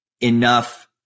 enough